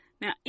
Now